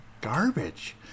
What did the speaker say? garbage